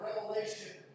revelation